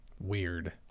Weird